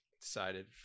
decided